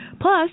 Plus